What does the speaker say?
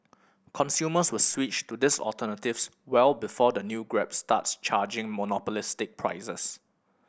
consumers will switch to these alternatives well before the new Grab starts charging monopolistic prices